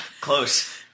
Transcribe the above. Close